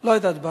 לא היתה הצבעה.